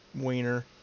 wiener